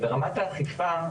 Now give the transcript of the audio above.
ברמת האכיפה,